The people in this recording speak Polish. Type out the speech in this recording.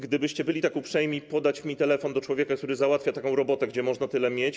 Gdybyście byli tak uprzejmi podać mi telefon do człowieka, który załatwia taką robotę, gdzie można tyle mieć.